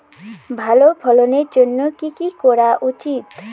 ভালো ফলনের জন্য কি কি করা উচিৎ?